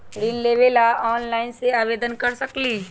ऋण लेवे ला ऑनलाइन से आवेदन कर सकली?